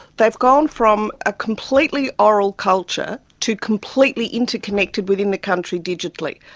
they've gone from a completely oral culture to completely interconnected within the country digitally.